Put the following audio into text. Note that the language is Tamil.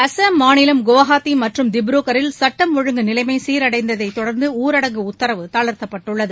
அஸ்ஸாம் மாநிலம் குவஹாத்தி மற்றும் திப்ருகரில் சட்டம் ஒழுங்கு நிலைமை சீரடைந்ததை தொடர்ந்து ஊடரங்கு உத்தரவு தளர்த்தப்பட்டுள்ளது